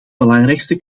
belangrijkste